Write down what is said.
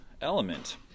element